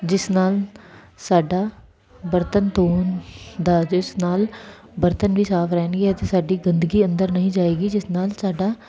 ਜਿਸ ਨਾਲ ਸਾਡਾ ਬਰਤਨ ਧੋਣ ਦਾ ਜਿਸ ਨਾਲ ਬਰਤਨ ਵੀ ਸਾਫ ਰਹਿਦੇ ਹਨ ਤੇ ਸਾਡੀ ਗੰਦਗੀ ਅੰਦਰ ਨਹੀਂ ਜਾਏਗੀ ਜਿਸ ਨਾਲ ਸਾਡਾ